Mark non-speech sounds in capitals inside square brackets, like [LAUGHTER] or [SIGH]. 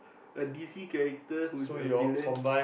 a d_c character who is a villain [NOISE]